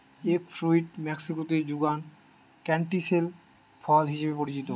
egg fruit মেক্সিকোতে যুগান canistel ফল হিসেবে পরিচিত